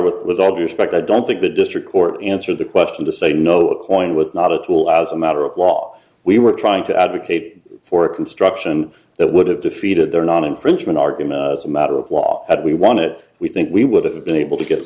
with with all due respect i don't think the district court answered the question to say no a coin was not a tool as a matter of law we were trying to advocate for a construction that would have defeated the non infringement argument as a matter of law that we won it we think we would have been able to get